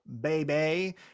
baby